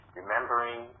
remembering